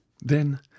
Then